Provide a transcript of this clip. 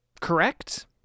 correct